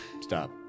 stop